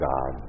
God